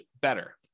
better